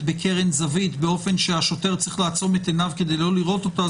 בקרן זווית באופן שהשוטר צריך לעצום את עיניו כדי לא לראות אותה,